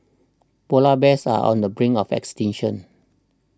Polar Bears are on the brink of extinction